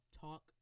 Talk